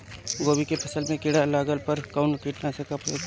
गोभी के फसल मे किड़ा लागला पर कउन कीटनाशक का प्रयोग करे?